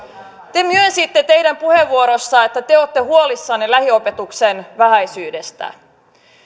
te myönsitte puheenvuorossanne että olette huolissanne lähiopetuksen vähäisyydestä